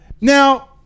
Now